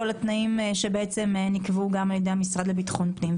בכל התנאים שנקבעו על ידי המשרד לביטחון פנים.